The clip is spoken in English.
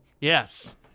Yes